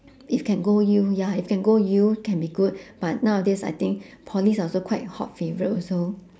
if can go U ya if can go U can be good but nowadays I think polys are also quite hot favourite also